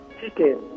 Chicken